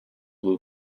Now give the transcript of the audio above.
blue